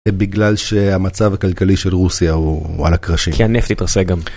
זה בגלל שהמצב הכלכלי של רוסיה הוא על הקרשים. כי הנפט התרסק גם.